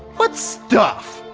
what stuff?